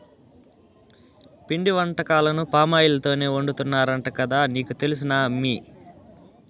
పిండి వంటకాలను పామాయిల్ తోనే వండుతున్నారంట కదా నీకు తెలుసునా అమ్మీ